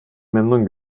memnun